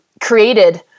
created